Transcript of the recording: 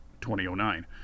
2009